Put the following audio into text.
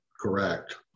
correct